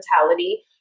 mentality